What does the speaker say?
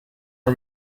her